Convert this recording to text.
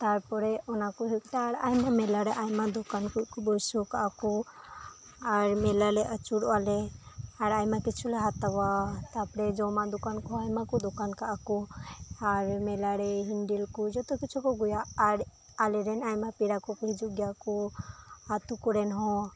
ᱛᱟᱨᱯᱚᱨᱮ ᱚᱱᱟᱠᱚ ᱦᱩᱭ ᱠᱟᱛᱮ ᱟᱭᱢᱟ ᱢᱮᱞᱟ ᱨᱮ ᱟᱭᱢᱟ ᱫᱚᱠᱟᱱ ᱠᱚ ᱵᱟᱹᱭᱥᱟᱹᱣ ᱠᱟᱜᱼᱟ ᱠᱚ ᱟᱨ ᱢᱮᱞᱟ ᱞᱮ ᱟᱹᱪᱩᱨᱚᱜᱼᱟ ᱞᱮ ᱟᱨ ᱟᱭᱢᱟ ᱠᱤᱪᱷᱩ ᱞᱮ ᱦᱟᱛᱟᱣᱟ ᱛᱟᱨᱯᱚᱨᱮ ᱡᱚᱢᱟᱜ ᱫᱚᱠᱟᱱ ᱦᱚᱸ ᱟᱭᱢᱟ ᱠᱚ ᱫᱚᱠᱟᱱ ᱠᱟᱜᱼᱟ ᱠᱚ ᱟᱨ ᱢᱮᱞᱟ ᱨᱮ ᱦᱮᱱᱰᱮᱞ ᱠᱚ ᱡᱚᱛᱚ ᱠᱤᱪᱷᱩ ᱠᱚ ᱟᱹᱜᱩᱭᱟ ᱟᱨ ᱟᱞᱮ ᱨᱮᱱ ᱟᱭᱢᱟ ᱯᱮᱲᱟ ᱠᱚ ᱦᱤᱡᱩᱜ ᱜᱮᱭᱟ ᱠᱚ ᱟᱹᱛᱩ ᱠᱚᱨᱮᱱ ᱦᱚᱸ